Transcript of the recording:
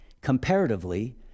Comparatively